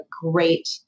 great